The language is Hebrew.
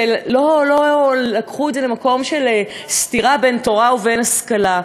ולא לקחו את זה למקום של סתירה בין תורה ובין השכלה?